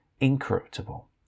incorruptible